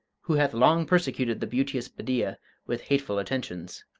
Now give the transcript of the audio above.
who hath long persecuted the beauteous bedeea with hateful attentions.